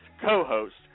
co-host